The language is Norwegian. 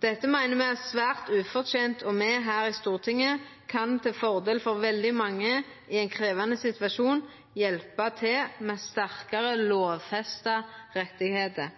Dette meiner me er svært ufortent, og me her i Stortinget kan for veldig mange i ein krevjande situasjon hjelpa til med sterkare lovfesta rettar.